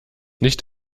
nicht